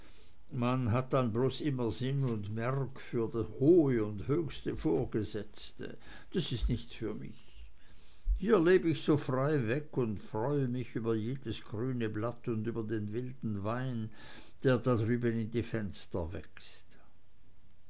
man hat dann bloß immer sinn und merk für hohe und höchste vorgesetzte das ist nichts für mich hier leb ich so freiweg und freue mich über jedes grüne blatt und über den wilden wein der da drüben in die fenster wächst